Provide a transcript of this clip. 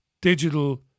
digital